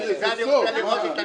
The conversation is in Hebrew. לכן אני רוצה לראות את השוטף.